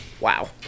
wow